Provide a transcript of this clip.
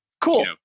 cool